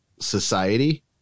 Society